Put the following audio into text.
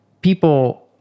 people